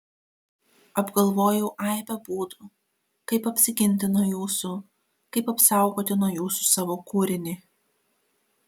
apgalvojau aibę būdų kaip apsiginti nuo jūsų kaip apsaugoti nuo jūsų savo kūrinį